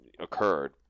occurred